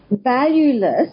valueless